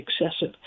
excessive